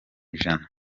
ijana